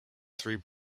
through